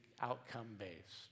outcome-based